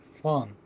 fun